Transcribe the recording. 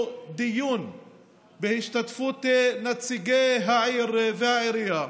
היום דיון בהשתתפות נציגי העיר והעירייה.